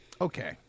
Okay